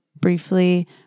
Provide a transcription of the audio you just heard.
briefly